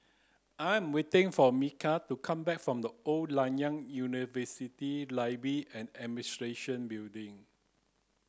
I am waiting for Mikel to come back from The Old Nanyang University and Administration Building